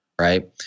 Right